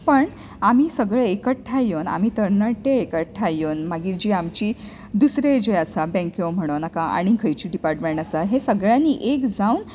पण आमी सगळे एकठ्ठाय येवन आमी नेण्टे एकठ्ठाय येवन जी आमची दुसरी जें आसा बँको म्हणोनाका आनी खंयचे डिपार्टमेंट आसा हें सगळ्यांनी एक जावन